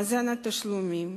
מאזן התשלומים,